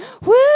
woo